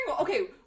okay